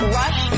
Rush